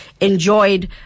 enjoyed